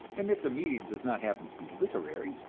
and if the medium does not happen to be literary,